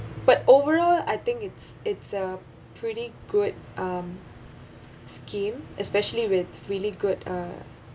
but overall I think it's it's a pretty good um scheme especially with really good uh